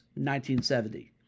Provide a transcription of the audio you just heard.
1970